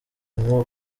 nko